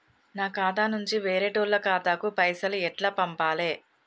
నా ఖాతా నుంచి వేరేటోళ్ల ఖాతాకు పైసలు ఎట్ల పంపాలే?